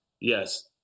Yes